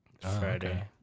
Friday